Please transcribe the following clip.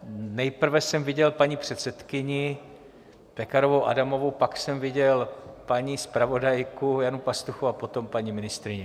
Nejprve jsem viděl paní předsedkyni Pekarovou Adamovou, pak jsem viděl paní zpravodajku Janu Pastuchovou a potom paní ministryni.